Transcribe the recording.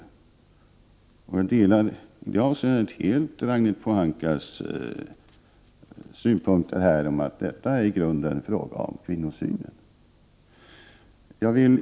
I det avseendet delar jag helt Ragnhild Pohankas synpunkter på att detta i grunden är en fråga om kvinnosyn.